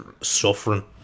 suffering